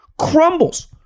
crumbles